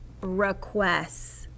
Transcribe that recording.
requests